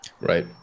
Right